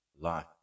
life